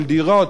של דירות,